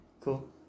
Cool